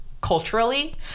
culturally